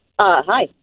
Hi